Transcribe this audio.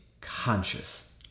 conscious